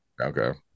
Okay